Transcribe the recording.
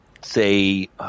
say